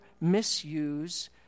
misuse